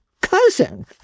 Cousin